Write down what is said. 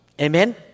Amen